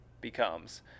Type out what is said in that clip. becomes